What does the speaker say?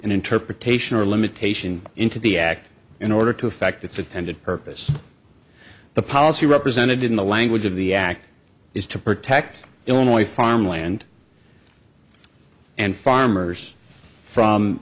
interpretation or limitation into the act in order to effect its intended purpose the policy represented in the language of the act is to protect illinois farmland and farmers